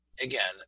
Again